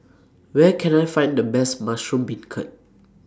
Where Can I Find The Best Mushroom Beancurd